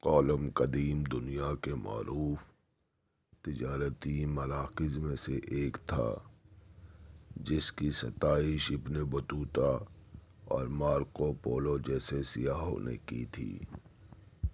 کولم قدیم دنیا کے معروف تجارتی مراکز میں سے ایک تھا جس کی ستائش ابن بطوطہ اور مارکو پولو جیسے سیاحوں نے کی تھی